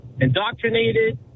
indoctrinated